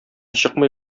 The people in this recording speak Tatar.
чыкмый